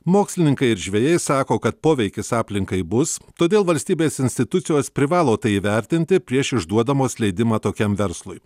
mokslininkai ir žvejai sako kad poveikis aplinkai bus todėl valstybės institucijos privalo tai įvertinti prieš išduodamos leidimą tokiam verslui